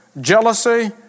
jealousy